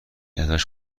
ازش